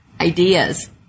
ideas